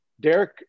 Derek